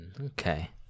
Okay